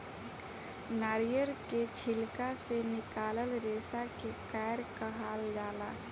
नारियल के छिलका से निकलाल रेसा के कायर कहाल जाला